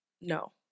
No